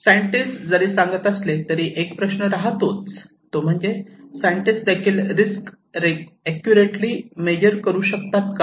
scientist जरी सांगत असले तरी एक प्रश्न राहतो तो म्हणजे सायंटिस्ट देखील रिस्क ऍक्युरेटली मेजर करू शकतात का